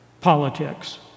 politics